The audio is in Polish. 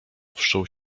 wszczął